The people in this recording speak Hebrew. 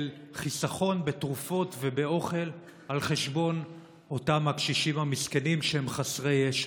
של חיסכון בתרופות ובאוכל על חשבון אותם הקשישים המסכנים שהם חסרי ישע.